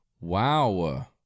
Wow